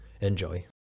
Enjoy